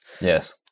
Yes